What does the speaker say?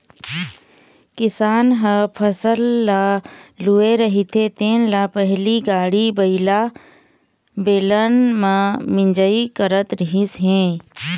किसान ह फसल ल लूए रहिथे तेन ल पहिली गाड़ी बइला, बेलन म मिंजई करत रिहिस हे